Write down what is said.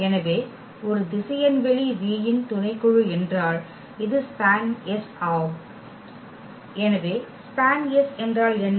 எனவே ஒரு திசையன் வெளி V இன் துணைக்குழு என்றால் இது SPAN ஆம் எனவே SPAN என்றால் என்ன